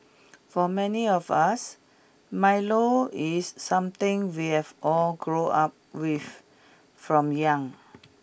for many of us Milo is something we have all grown up with from young